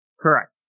correct